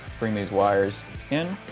bring these wires in,